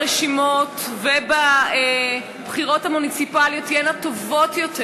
ברשימות ובבחירות המוניציפליות תהיינה טובות יותר,